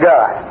God